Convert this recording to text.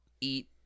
eat